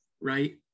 right